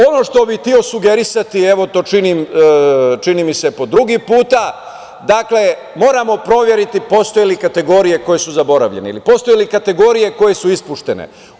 Ono što bih hteo sugerisati, evo to činim, čini mi se, po drugi put, dakle moramo proveriti postoje li kategorije koje su zaboravljene ili postoje li kategorije koje su ispuštene.